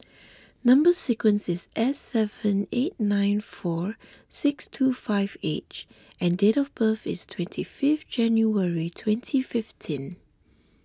Number Sequence is S seven eight nine four six two five H and date of birth is twenty fifth January twenty fifteen